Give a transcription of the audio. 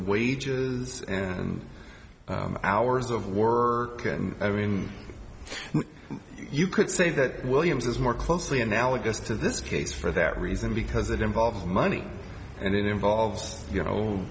wages and hours of war i mean you could say that williams is more closely analogous to this case for that reason because it involves money and it involves you